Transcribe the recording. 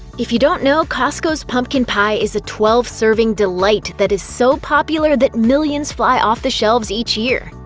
if you don't know, costco's pumpkin pie is a twelve serving delight that is so popular that millions fly off the shelves each year.